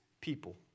people